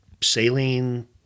saline